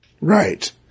Right